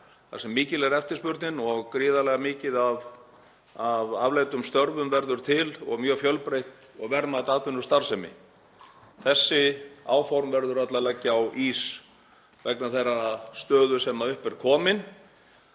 þar sem eftirspurnin er mikil og gríðarlega mikið af afleiddum störfum verður til og mjög fjölbreytt og verðmæt atvinnustarfsemi. Þessi áform verður öll að leggja á ís vegna þeirrar stöðu sem upp er komin.